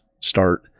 start